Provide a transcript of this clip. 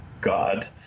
God